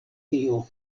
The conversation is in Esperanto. tio